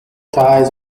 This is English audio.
ties